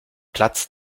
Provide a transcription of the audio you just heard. platz